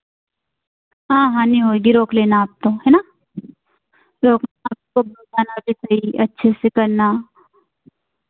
हाँ हाँ नहीं होगी रोक लेना आप तो है ना रोक तो आपको बताना भी चाहिए अच्छे से करना